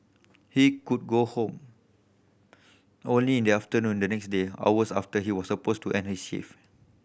he could go home only in the afternoon the next day hours after he was supposed to end his shift